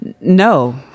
no